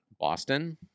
Boston